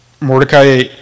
Mordecai